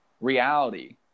reality